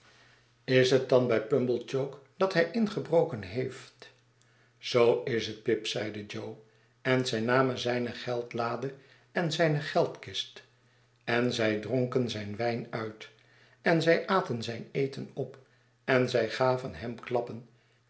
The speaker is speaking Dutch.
is het dan bij pumblechook dat h'tj ingebroken heeft zoo is het pip zeide jp en zij namen zijne geldlade en zijne geldkist en zij dronken zijn wijn uit en zij aten zijn eten op en zij gaven hem klappen